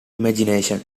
imagination